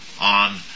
on